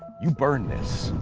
you burn this.